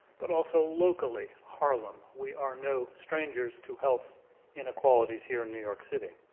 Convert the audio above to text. but also locally, harlem. we are no strangers to health inequalities here in new york city.